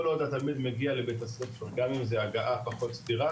כל עוד התלמיד מגיע לבית-ספר גם אם זו הגעה פחות סדירה,